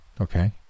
okay